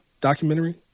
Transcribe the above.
documentary